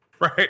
right